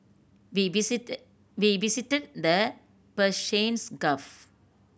we visit we visited the Persians Gulf